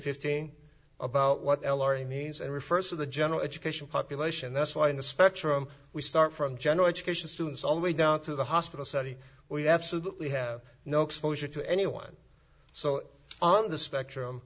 fifteen about what l r e means and refers to the general education population that's why in the spectrum we start from general education students only down to the hospital study we absolutely have no exposure to anyone so on the spectrum